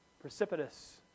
precipitous